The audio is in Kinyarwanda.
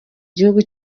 gihugu